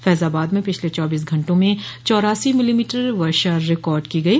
फैजाबाद में पिछले चौबीस घंटे में चौरासी मिलीमीटर वर्षा रिकार्ड की गई